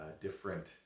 different